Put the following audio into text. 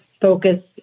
focus